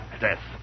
death